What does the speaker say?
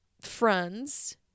friends